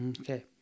Okay